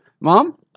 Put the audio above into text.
mom